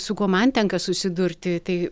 su kuo man tenka susidurti tai